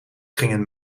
gingen